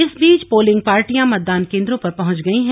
इस बीच पोलिंग पार्टियां मतदान केंद्रों पर पहुंच गयी है